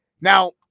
Now